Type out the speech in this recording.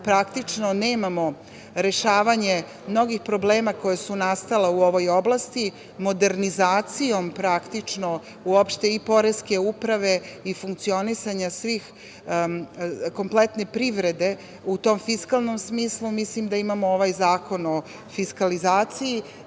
praktično nemamo rešavanje mnogih problema koji su nastali u ovoj oblasti modernizacijom praktično i Poreske uprave i funkcionisanja kompletne privrede u tom fiskalnom smislu mislim da imamo ovaj Zakon o fiskalizaciji